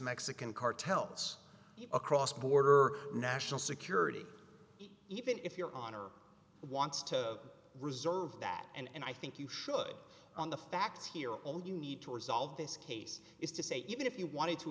mexican cartels across border national security even if your honor wants to reserve that and i think you should on the facts here all you need to resolve this case is to say even if you wanted to